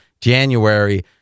January